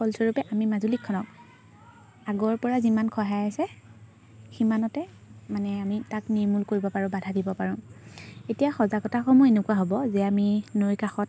ফলস্বৰূপে আমি মাজুলীখনক আগৰপৰা যিমান সহায় আছে সিমানতে মানে আমি তাক নিৰ্মূল কৰিব পাৰোঁ বাধা দিব পাৰোঁ এতিয়া সজাগতাসমূহ এনেকুৱা হ'ব যে আমি নৈ কাষত